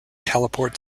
teleport